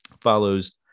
follows